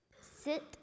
Sit